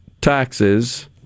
taxes